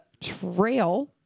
trail